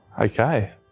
Okay